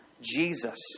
Jesus